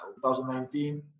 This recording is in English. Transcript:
2019